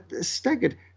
staggered